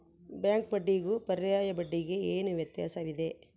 Bank ಬಡ್ಡಿಗೂ ಪರ್ಯಾಯ ಬಡ್ಡಿಗೆ ಏನು ವ್ಯತ್ಯಾಸವಿದೆ?